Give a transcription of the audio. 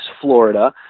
Florida